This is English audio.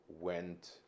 went